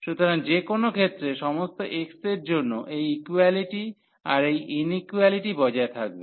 সুতরাং যে কোনও ক্ষেত্রে সমস্ত x এর জন্য এই ইকুয়ালিটি আর এই ইনিকুয়ালিটি বজায় থাকবে